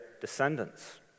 descendants